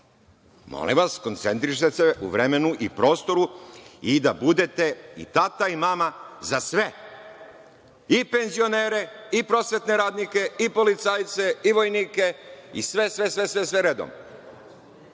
odbor. Molim vas, koncentrišite se u vremenu i prostoru i da budete i tata i mama za sve, i penzionere i prosvetne radnike i policajce i vojnike i sve, sve, sve redom. Nekome